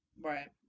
Right